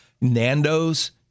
Nando's